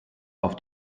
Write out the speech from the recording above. auf